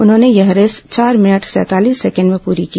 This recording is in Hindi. उन्होंने यह रेस चार मिनट सैंतालीस सेकेंड में पूरी की